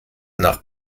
nach